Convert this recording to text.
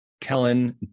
Kellen